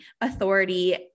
authority